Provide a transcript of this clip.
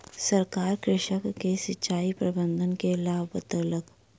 सरकार कृषक के सिचाई प्रबंधन के लाभ बतौलक